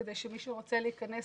כדי שמי שרוצה להיכנס,